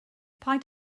paid